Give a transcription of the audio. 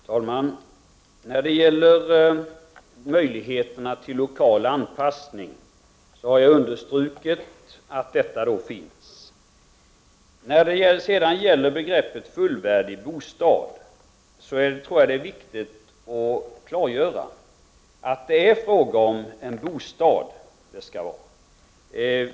Fru talman! När det gäller möjligheterna till lokal anpassning har jag understrukit i svaret att sådana möjligheter finns. När det sedan gäller begreppet fullvärdig bostad är det viktigt att klargöra att det är fråga om en bostad.